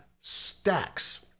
stacks